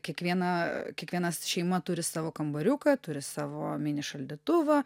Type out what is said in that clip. kiekviena kiekvienas šeima turi savo kambariuką turi savo mini šaldytuvą